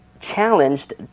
challenged